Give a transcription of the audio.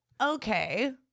Okay